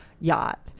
Yacht